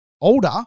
older